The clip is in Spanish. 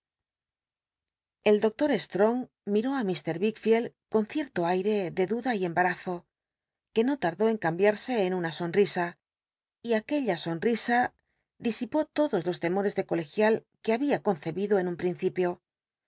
el doctor strong miró i i fr wick fi eld con cierto airc de duda y em barazo que no ta rdó en camhia l'se en una sonrisa y aquella somisa disipó lodos los temores de colegial que había concebido en nn pr